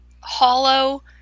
hollow